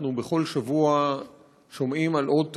אנחנו בכל שבוע שומעים על עוד תאונה,